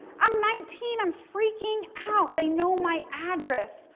i'm nineteen i'm freaking out. they know my address.